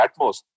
Atmos